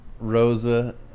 Rosa